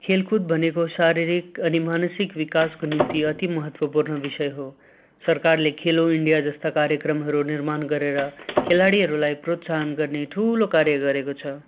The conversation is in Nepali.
खेलकुद भनेको शारीरिक अनि मानसिक विकासको निम्ति अति महत्त्वपूर्ण विषय हो सरकारले खेलो इन्डिया जस्ता कार्यक्रमहरू निर्माण गरेर खेलाडीहरूलाई प्रोत्साहन गर्ने ठुलो कार्य गरेको छ